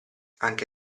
anche